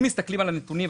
אם מסתכלים על הנתונים,